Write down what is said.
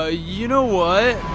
ah you know what?